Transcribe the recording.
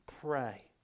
Pray